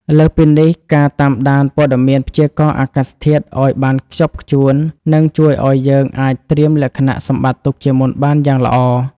លើសពីនេះ ការតាមដានព័ត៌មានព្យាករណ៍អាកាសធាតុឱ្យបានខ្ជាប់ខ្ជួន នឹងជួយឱ្យយើងអាចត្រៀមលក្ខណៈសម្បត្តិទុកជាមុនបានយ៉ាងល្អ។